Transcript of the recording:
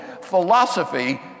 philosophy